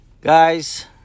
guys